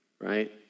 right